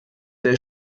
der